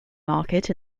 market